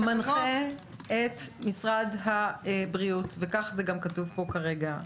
משרד הביטחון מנחה את משרד הבריאות וכך זה גם כתוב פה כרגע.